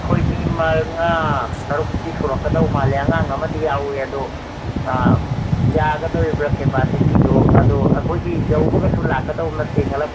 ꯑꯩꯈꯣꯏ ꯃꯤ ꯃꯉꯥ ꯇꯔꯨꯛꯇꯤ ꯁꯨꯔꯛꯀꯗꯧꯕ ꯃꯥꯜꯂꯦ ꯑꯉꯥꯡ ꯑꯃꯗꯤ ꯌꯥꯎꯏ ꯑꯗꯨ ꯌꯥꯒꯗꯣꯔꯤꯕ꯭ꯔꯥ ꯀꯦꯄꯥꯁꯤꯇꯤꯗꯨ ꯑꯗꯨ ꯑꯩꯈꯣꯏꯁꯤ ꯌꯧꯕꯒꯁꯨ ꯂꯥꯛꯀꯗꯧꯕ ꯅꯠꯇꯦ ꯉꯜꯂꯞ